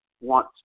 want